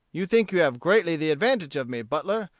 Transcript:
you think you have greatly the advantage of me, butler.